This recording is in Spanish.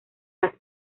las